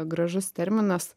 gražus terminas